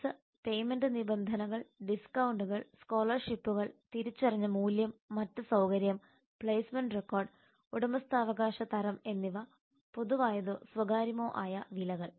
fees payment നിബന്ധനകൾ ഡിസ്കൌണ്ടുകൾ സ്കോളർഷിപ്പുകൾ തിരിച്ചറിഞ്ഞ മൂല്യം മറ്റ് സൌകര്യം പ്ലേസ്മെന്റ് റെക്കോർഡ് ഉടമസ്ഥാവകാശ തരം എന്നിവ പൊതുവായതോ സ്വകാര്യമോ ആയ വിലകൾ